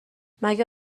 مگه